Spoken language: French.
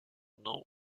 nom